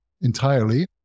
entirely